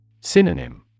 Synonym